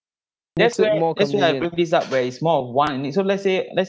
there's where there's where I bring this up where is more of want and need so let's say let's